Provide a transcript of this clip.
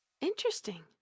Interesting